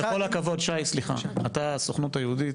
בכל הכבוד, שי, אתה מהסוכנות היהודית.